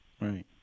right